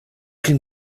can